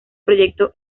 proyecto